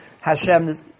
Hashem